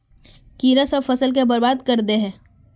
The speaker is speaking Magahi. कीड़ा सब फ़सल के बर्बाद कर दे है?